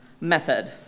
method